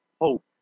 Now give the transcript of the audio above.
hope